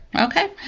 okay